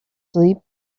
sleep